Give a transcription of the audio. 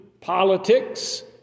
politics